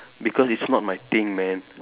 because it's not my thing man